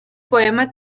poema